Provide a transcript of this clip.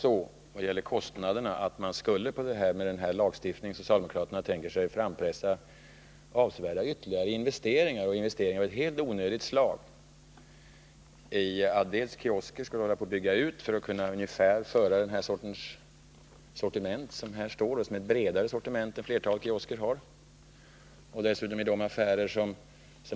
När det gäller kostnaderna skulle man också, genom den lagstiftning som socialdemokraterna tänker sig, frampressa avsevärda investeringar — investeringar av ett helt onödigt slag. En del kiosker skulle behöva byggas ut för att kunna hålla det sortiment som finns upptaget i socialdemokraternas lista och som är ett bredare sortiment än det flertalet kiosker för.